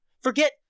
forget